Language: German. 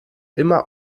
immer